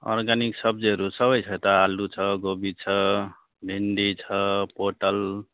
organic सब्जीहरू सबै छ त आलु छ कोपी छ भिन्डी छ पोटल